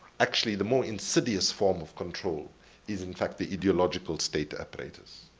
actually, the more insidious form of control is, in fact, the ideological state apparatus,